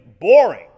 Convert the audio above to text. boring